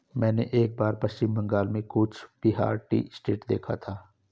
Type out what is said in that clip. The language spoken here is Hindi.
मैंने एक बार पश्चिम बंगाल में कूच बिहार टी एस्टेट देखा था